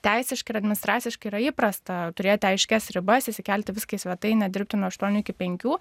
teisiškai ir administraciškai yra įprasta turėti aiškias ribas įsikelti viską į svetainę dirbti nuo aštuonių iki penkių